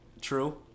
True